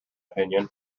opinion